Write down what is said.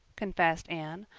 confessed anne.